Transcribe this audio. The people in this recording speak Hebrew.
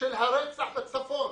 של הרצח בצפון,